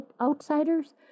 outsiders